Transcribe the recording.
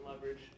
leverage